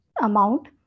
amount